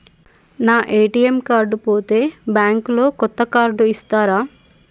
నా ATM card పోతే bank లో కొత్త కార్డు ఇస్తరా?